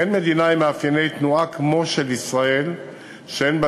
אין מדינה עם מאפייני תנועה כמו של ישראל שאין בה